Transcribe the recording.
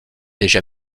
déjà